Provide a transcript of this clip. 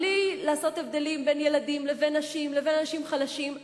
בלי לעשות הבדלים בין ילדים לבין נשים לבין אנשים חלשים,